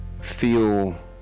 feel